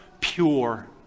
pure